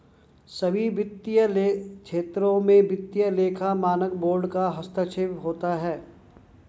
सभी वित्तीय क्षेत्रों में वित्तीय लेखा मानक बोर्ड का हस्तक्षेप होता है